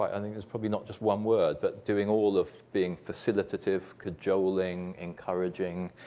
i i think it's probably not just one word, but doing all of being facilitative, cajoling, encouraging,